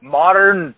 modern